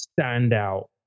standout